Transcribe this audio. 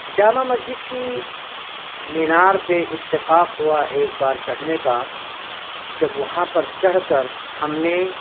جامع مسجد کی مینار پہ اتفاق ہوا ایک بار چھڑنے کا جب وہاں پر چڑھ کر ہم نے